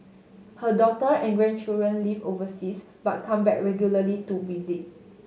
her daughter and grandchildren live overseas but come back regularly to visit